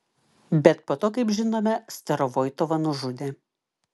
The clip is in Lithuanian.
bet po to kaip žinome starovoitovą nužudė